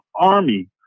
army